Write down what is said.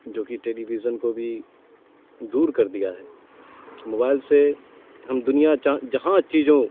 جو کہ television کو بھی دور کر دیا ہے موبائل سے ہم دنیا جہاں چیزوں